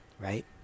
right